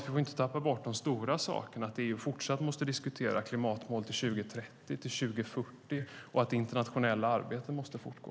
Vi får inte tappa bort de stora sakerna, att vi fortsatt måste diskutera klimatmål till 2030 och till 2040 och att det internationella arbetet måste fortgå.